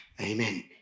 Amen